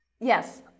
Yes